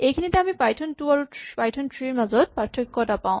এইখিনিতে আমি Python two আৰু পাইথন থ্ৰী ৰ মাজত এটা পাৰ্থক্য পাওঁ